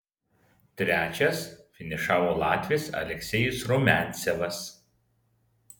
trečias finišavo latvis aleksejus rumiancevas